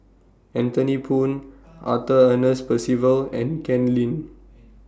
Anthony Poon Arthur Ernest Percival and Ken Lim